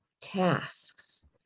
tasks